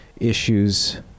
issues